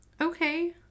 Okay